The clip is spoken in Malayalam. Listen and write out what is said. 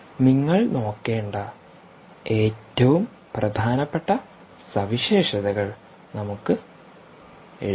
നിങ്ങൾ നോക്കേണ്ട ഏറ്റവും പ്രധാനപ്പെട്ട സവിശേഷതകൾ നമുക്ക് എഴുതാം